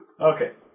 Okay